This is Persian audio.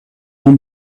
اون